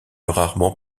rarement